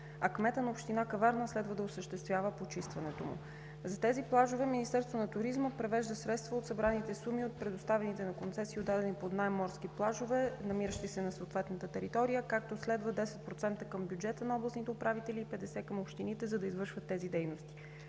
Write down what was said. кметът на община Каварна следва да осъществява почистването му. За тези плажове Министерството на туризма превежда средства от събраните суми от предоставените на концесия и отдадени под наем морски плажове, намиращи се на съответната територия, както следва: 10% към бюджета на областните управители и 50% към общините, за да извършват тези дейности.